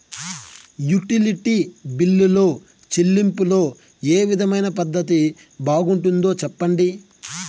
Utility బిల్లులో చెల్లింపులో ఏ విధమైన పద్దతి బాగుంటుందో సెప్పండి?